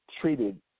treated